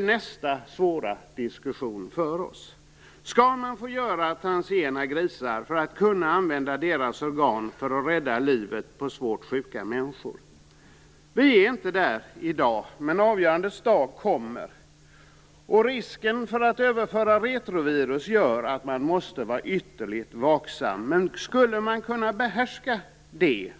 Nästa svåra diskussion för oss kommer att handla om xenotransplantationerna. Skall man få göra transgena grisar för att kunna använda deras organ för att rädda livet på svårt sjuka människor? Vi är inte där i dag, men avgörandets dag kommer. Risken för att retrovirus överförs gör att man måste vara ytterligt vaksam. Men om man skulle behärska det